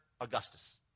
Augustus